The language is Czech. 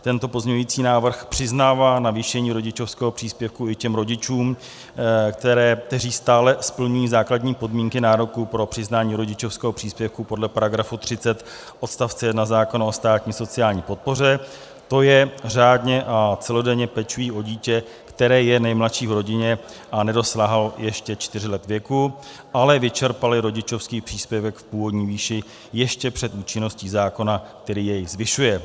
Tento pozměňovací návrh přiznává navýšení rodičovského příspěvku i těm rodičům, kteří stále splňují základní podmínky nároku pro přiznání rodičovského příspěvku podle § 30 odst. 1 zákona o státní sociální podpoře, to je řádně a celodenně pečují o dítě, které je nejmladší v rodině a nedosáhlo ještě čtyř let věku, ale vyčerpali rodičovský příspěvek v původní výši ještě před účinností zákona, který jej zvyšuje.